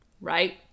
right